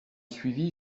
suivi